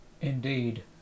Indeed